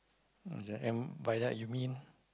and by that you mean